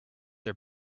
are